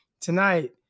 tonight